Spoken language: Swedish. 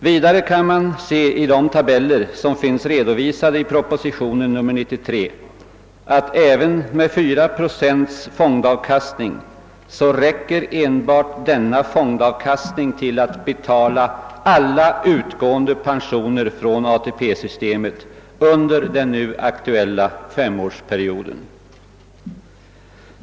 Vidare kan man i de tabeller som finns redovisade i proposition nr 93 utläsa att även 4 procents fondavkastning räcker till för att betala alla utgående pensioner från ATP-systemet under den nu aktuella femårsperioden.